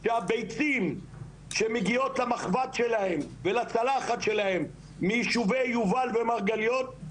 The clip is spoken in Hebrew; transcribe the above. כי הביצים שמגיעות למחבת שלהם ולצלחת שלהם מיישובי יובל ומרגליות,